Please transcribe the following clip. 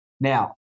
Now